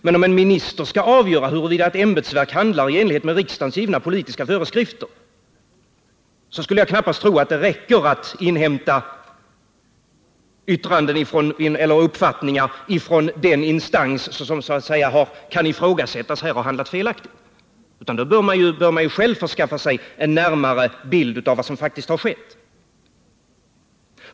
Men om en minister skall avgöra huruvida ett ämbetsverk handlar i enlighet med riksdagens givna politiska föreskrifter skulle jag knappast tro att det räcker med att inhämta uppfattningar från den instans som så att säga kan ifrågasättas här ha handlat felaktigt, utan då bör man själv skaffa sig en närmare bild av vad som faktiskt har skett.